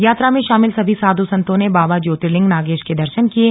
यात्रा में शामिल सभी साधु संतों ने बाबा ज्योतिलिंग नागेश के दर्शन किये